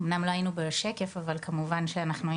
אמנם לא היינו בהצגת השקף אבל כמובן שהיינו